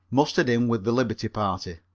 mustered in with the liberty party.